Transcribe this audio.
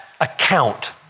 account